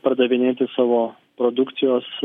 pardavinėti savo produkcijos